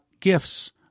gifts